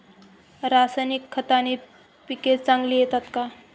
रासायनिक खताने पिके चांगली येतात का?